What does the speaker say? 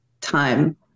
time